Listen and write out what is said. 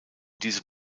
diese